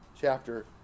chapter